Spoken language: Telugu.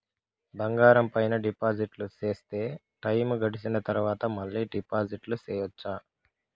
బంగారం పైన డిపాజిట్లు సేస్తే, టైము గడిసిన తరవాత, మళ్ళీ డిపాజిట్లు సెయొచ్చా?